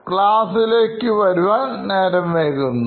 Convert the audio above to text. ക്ലാസ്സിലേക്ക് വരുവാൻ നേരം വൈകുന്നു